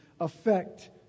affect